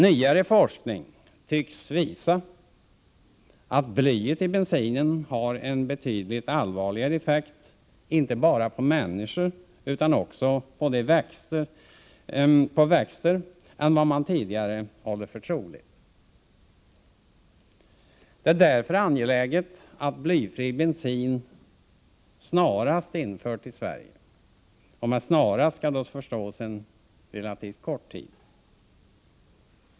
Nyare forskning tycks visa att blyet i bensinen har en betydligt allvarligare effekt inte bara på människor utan också på växter än vad man tidigare hållit för troligt. Det är därför angeläget att blyfri bensin snarast införs i Sverige. Med snarast skall då förstås en relativt kort tid.